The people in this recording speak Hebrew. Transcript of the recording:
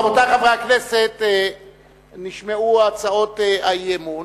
רבותי חברי הכנסת, נשמעו הצעות האי-אמון,